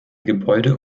gebäude